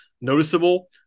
noticeable